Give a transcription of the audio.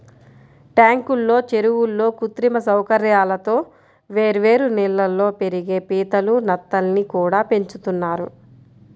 ట్యాంకుల్లో, చెరువుల్లో కృత్రిమ సౌకర్యాలతో వేర్వేరు నీళ్ళల్లో పెరిగే పీతలు, నత్తల్ని కూడా పెంచుతున్నారు